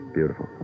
Beautiful